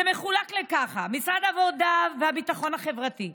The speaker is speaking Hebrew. זה מחולק ככה: משרד העבודה והביטחון החברתי,